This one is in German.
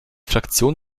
fraktion